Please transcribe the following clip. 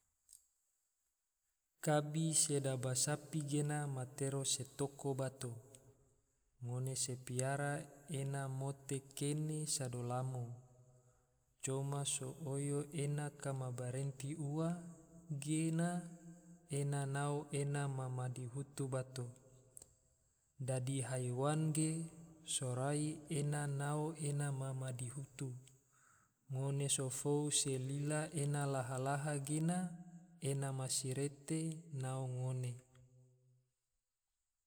Kabi sedeba sapi gena matero se toko bato, ngone se piara ena mote kene sado lamo. coma so oyo ena kama barenti ua, gena ena nao ena ma madihutu bato, dadi haiwan ge sorai ena nao ena ma madihutu, ngone so fou se lila ena laha-laha gena, ena masirete nao ngone